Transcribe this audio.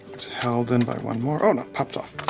it's held in by one more, oh no, popped off.